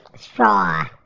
straw